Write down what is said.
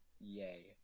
yay